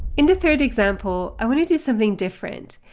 in the third example, i want to do something different.